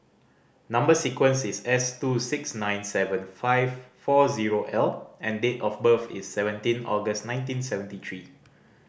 number sequence is S two six nine seven five four zero L and date of birth is seventeen August nineteen seventy three